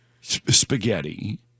Spaghetti